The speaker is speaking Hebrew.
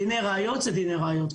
דיני ראיות זה דיני ראיות.